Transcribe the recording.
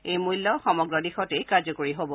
এই মূল্য সমগ্ৰ দেশতে কাৰ্যকৰী হ'ব